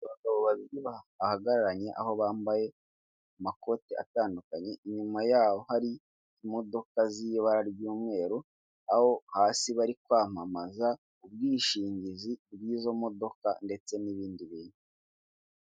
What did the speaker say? Abagabo babiri bahagararanye, aho bambaye amakoti atandukanye, inyuma y'aho hari imodoka z'ibara ry'umweru, aho hasi bari kwamamaza ubwishingizi bw'izo modoka ndetse n'ibindi bintu.